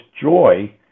joy